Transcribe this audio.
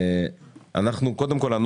קודם כל,